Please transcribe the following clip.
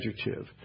adjective